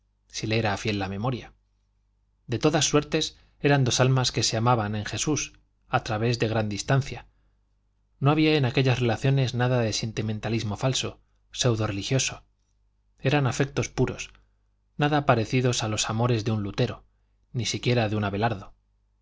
era fiel la memoria de todas suertes eran dos almas que se amaban en jesús a través de gran distancia no había en aquellas relaciones nada de sentimentalismo falso pseudo religioso eran afectos puros nada parecidos a los amores de un lutero ni siquiera de un abelardo